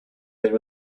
their